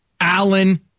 Allen